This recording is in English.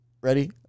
Ready